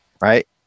right